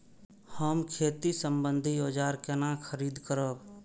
हम खेती सम्बन्धी औजार केना खरीद करब?